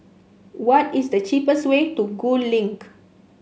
what is the cheapest way to Gul Link